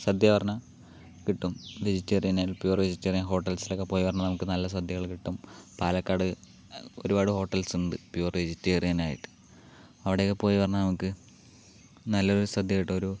സദ്യ പറഞ്ഞ കിട്ടും വെജിറ്റേറിയൻ ആയാൽ പ്യുവർ വെജിറ്റേറിയൻ ഹോട്ടൽസിലോക്കെ പോയാൽ നമുക്ക് നല്ല സദ്യകൾ കിട്ടും പാലക്കാട് ഒരുപാട് ഹോട്ടൽസ് ഉണ്ട് പ്യുവർ വെജിറ്റേറിയൻ ആയിട്ട് അവിടെ ഒക്കെ പോയി പറഞ്ഞാൽ നമുക്ക് നല്ല ഒരു സദ്യ കിട്ടും ഒരു